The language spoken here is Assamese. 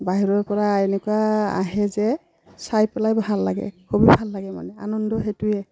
বাহিৰৰপৰা এনেকুৱা আহে যে চাই পেলাই ভাল লাগে খুবেই ভাল লাগে মানে আনন্দ সেইটোৱে